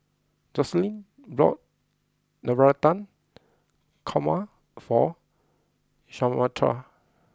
Joselin bought Navratan Korma for Samatha